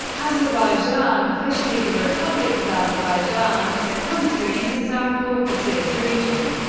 azerbaijan, officially the republic of azerbaijan, is a country in the south caucasus region,